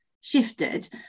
shifted